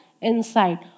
inside